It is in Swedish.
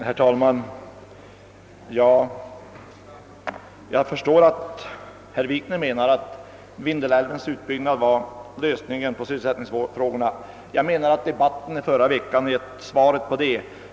Herr talman! Jag förstår att herr Wikner menar att Vindelälvens utbyggnad skulle ha varit lösningen på sysselsättningsproblemen! Jag däremot anser att den debatt, som vi förde förra veckan, har gett svar på frågan.